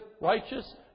righteous